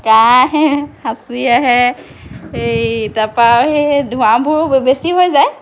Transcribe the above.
কাঁহ আহে হাচি আহে সেই তাৰ পৰা আৰু সেই ধোৱাবোৰো বেছি হৈ যায়